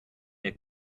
der